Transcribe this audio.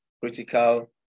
critical